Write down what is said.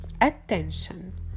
attention